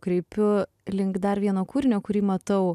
kreipiu link dar vieno kūrinio kurį matau